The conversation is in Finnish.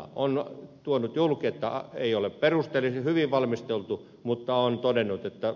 se on tuonut julki että lakiesitys ei ole perusteellisen hyvin valmisteltu mutta on todennut että